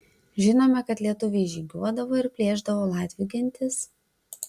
žinome kad lietuviai žygiuodavo ir plėšdavo latvių gentis